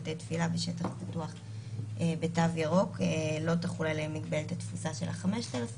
בתי תפילה בשטח פתוח בתו ירוק - לא תחול עליהם מגבלת התפוסה של 5,000,